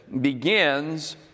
begins